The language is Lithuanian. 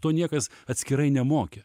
to niekas atskirai nemokė